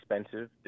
expensive